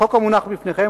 החוק המונח בפניכם,